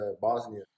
Bosnia